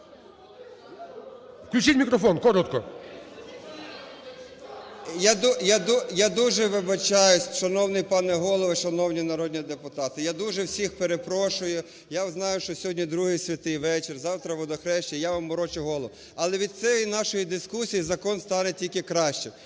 Включіть мікрофон, коротко. 14:12:38 ІВАНЧУК А.В. Я дуже вибачаюсь, шановний пане Голово, шановні народні депутати. Я дуже всіх перепрошую, я знаю, що сьогодні другий Святий вечір, завтра Водохреща, і я вам морочу голову. Але від цієї нашої дискусії закон стане тільки краще.